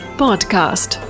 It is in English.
podcast